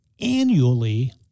annually